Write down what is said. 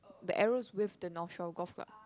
the arrow's with the North Shore Golf Club